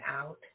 out